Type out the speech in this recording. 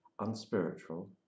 unspiritual